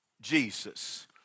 Jesus